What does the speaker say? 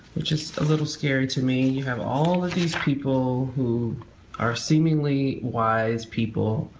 which is a little scary to me, you have all of these people who are seemingly wise people.